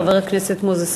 חבר הכנסת מוזס,